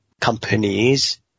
companies